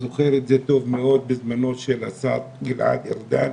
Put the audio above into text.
אני זוכר את זה טוב מאוד, בזמנו של השר גלעד ארדן